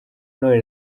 none